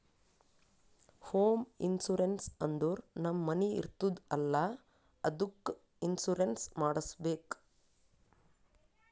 home insurance ಅಂದುರ್ ನಮ್ ಮನಿ ಇರ್ತುದ್ ಅಲ್ಲಾ ಅದ್ದುಕ್ ಇನ್ಸೂರೆನ್ಸ್ ಮಾಡುಸ್ಬೇಕ್